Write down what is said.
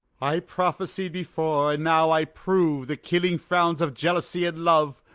i prophesied before, and now i prove the killing frowns of jealousy and love.